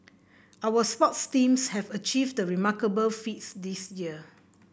our sports teams have achieved remarkable feats this year